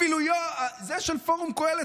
אפילו זה של פורום קהלת,